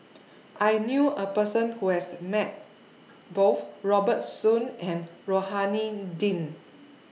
I knew A Person Who has Met Both Robert Soon and Rohani Din